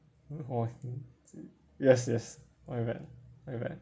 oh yes yes my bad my bad